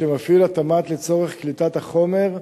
שמפעיל התמ"ת לצורך קליטת החומר,